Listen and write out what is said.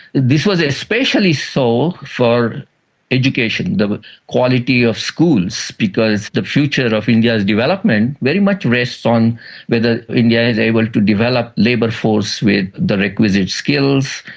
this was especially so for education, the quality of schools, because the future of india's development very much rests on whether india is able to develop a labour force with the requisite skills,